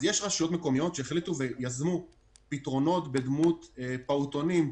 אז יש רשויות מקומיות שהחליטו ויזמו פתרונות בדמות פעוטונים,